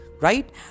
Right